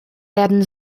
werden